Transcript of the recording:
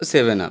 seven up